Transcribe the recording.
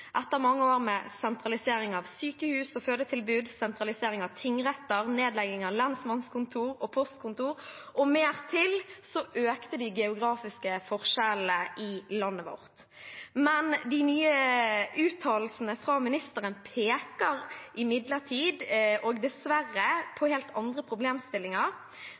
Etter mange år med sentralisering av sykehus og fødetilbud, sentralisering av tingretter, nedlegging av lensmannskontor og postkontor og mer til økte de geografiske forskjellene i landet vårt. Men de nye uttalelsene fra ministeren peker imidlertid